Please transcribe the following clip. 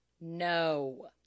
No